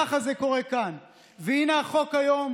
אנחנו כאן באמצע הלילה,